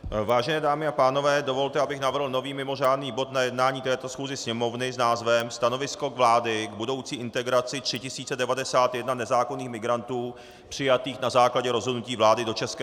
Vážené dámy a pánové, dovolte, abych navrhl nový mimořádný bod na jednání této schůzi Sněmovny s názvem Stanovisko vlády k budoucí integraci 3091 nezákonných migrantů přijatých na základě rozhodnutí vlády do ČR.